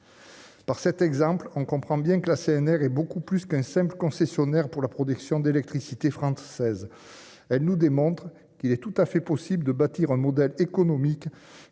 Par cet exemple, on comprend bien que la CNR est beaucoup plus qu'un seul concessionnaire pour la production d'électricité française nous démontre qu'il est tout à fait possible de bâtir un modèle économique